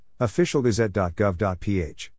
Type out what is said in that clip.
officialgazette.gov.ph